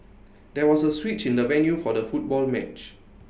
there was A switch in the venue for the football match